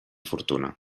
fortuna